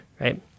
right